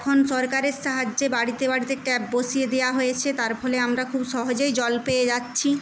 এখন সরকারের সাহায্যে বাড়িতে বাড়িতে ট্যাপ বসিয়ে দেওয়া হয়েছে তার ফলে আমরা খুব সহজেই জল পেয়ে যাচ্ছি